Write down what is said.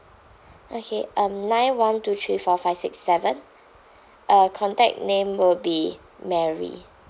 okay um nine one two three four five six seven uh contact name will be mary